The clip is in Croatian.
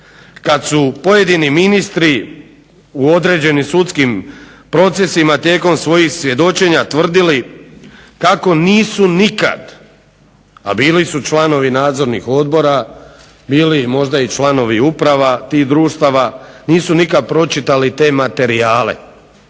kad su pojedini ministri u određenim sudskim procesima tijekom svojih svjedočenja tvrdili kako nisu nikad, a bili su članovi nadzornih odbora, bili možda i članovi uprava tih društava nisu nikad pročitali te materijale.